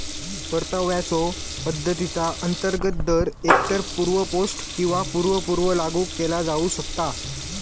परताव्याच्यो पद्धतीचा अंतर्गत दर एकतर पूर्व पोस्ट किंवा पूर्व पूर्व लागू केला जाऊ शकता